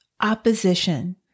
opposition